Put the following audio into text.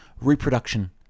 reproduction